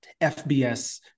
FBS